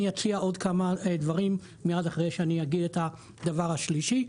אני אציע עוד כמה דברים מייד אחרי שאני אגיד את הדבר השלישי.